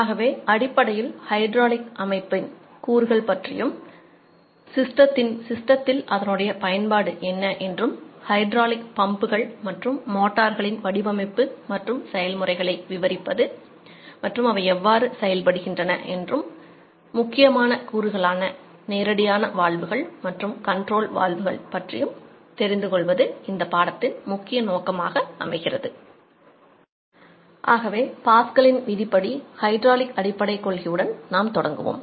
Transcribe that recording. ஆகவே அடிப்படையில் ஹைட்ராலிக் வடிவமைப்பு மற்றும் செயல்முறைகளை விவரிப்பது அவை எவ்வாறு செயல்படுகின்றன என்றும் முக்கியமான கூறுகளான நேரடியான வால்வுகள் மற்றும் கண்ட்ரோல் வால்வுகள் பற்றி தெரிந்து கொள்வதும் இந்த பாடத்தின் முக்கிய நோக்கமாக அமைகிறது ஆகவே பாஸ்கலின் விதி படி ஹைட்ராலிக் அடிப்படைக் கொள்கையுடன் நாம் தொடங்குவோம்